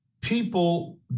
People